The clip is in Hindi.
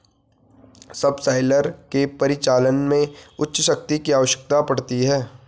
सबसॉइलर के परिचालन में उच्च शक्ति की आवश्यकता पड़ती है